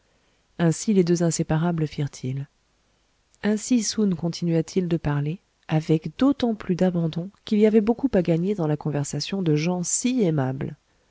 ainsi les deux inséparables firent-ils ainsi soun continua-t-il de parler avec d'autant plus d'abandon qu'il y avait beaucoup à gagner dans la conversation de gens si aimables